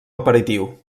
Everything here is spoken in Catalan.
aperitiu